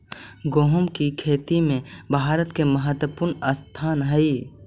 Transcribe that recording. गोहुम की खेती में भारत के महत्वपूर्ण स्थान हई